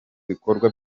bikorwa